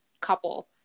couple